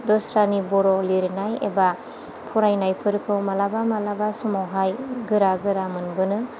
दस्रानि बर' लिनाय एबा फरायनायफोरखौ मालाबा मालाबा समावहाय गोरा गोरा मोनबोनो